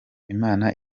imana